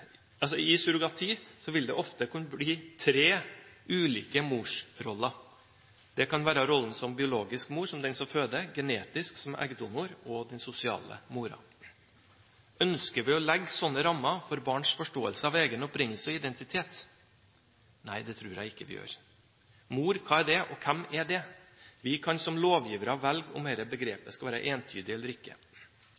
Surrogati vil ofte kunne føre til tre ulike morsroller. Det kan være rollen som biologisk mor, som er den som føder, den genetiske, som er eggdonor, og den sosiale moren. Ønsker vi å legge sånne rammer for barns forståelse av egen opprinnelse og identitet? Nei, det tror jeg ikke vi gjør. Mor – hva er det, og hvem er det? Vi kan som lovgivere velge om